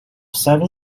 seven